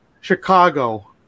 Chicago